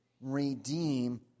redeem